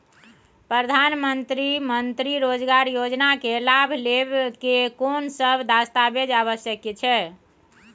प्रधानमंत्री मंत्री रोजगार योजना के लाभ लेव के कोन सब दस्तावेज आवश्यक छै?